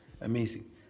amazing